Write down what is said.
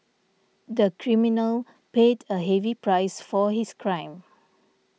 the criminal paid a heavy price for his crime